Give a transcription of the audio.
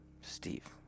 Steve